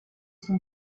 son